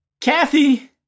Kathy